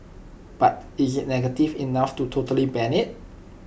but is IT negative enough to totally ban IT